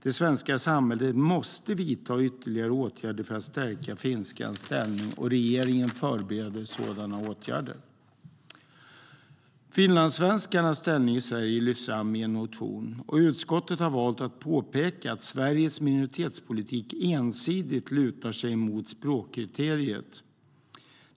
Det svenska samhället måste vidta ytterligare åtgärder för att stärka finskans ställning. Regeringen förbereder sådana åtgärder. Finlandssvenskarnas ställning i Sverige lyfts fram i en motion. Utskottet har valt att påpeka att Sveriges minoritetspolitik ensidigt lutar sig mot språkkriteriet.